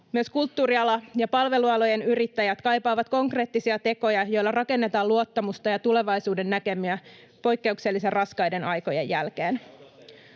Myös kulttuuriala ja palvelualojen yrittäjät kaipaavat konkreettisia tekoja, joilla rakennetaan luottamusta ja tulevaisuudennäkymiä poikkeuksellisen raskaiden aikojen jälkeen.